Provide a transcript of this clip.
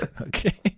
okay